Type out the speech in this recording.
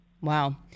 Wow